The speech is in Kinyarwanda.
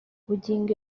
bugingo